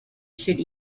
should